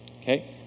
Okay